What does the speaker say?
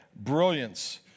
brilliance